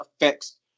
affects